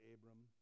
Abram